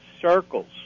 circles